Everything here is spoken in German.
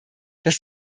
dass